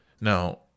Now